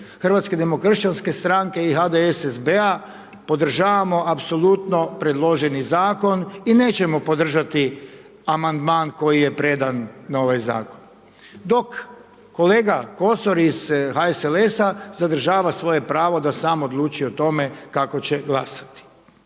Hrvatske demokršćanske stranke i HDSSB-a, podržavamo apsolutno predloženi zakon i nećemo podržati amandman koji je predan na ovaj zakon. Dok kolega Kosor iz HSLS-a zadržava svoje pravo da sam odlučuje o tome kako će glasati.